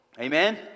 Amen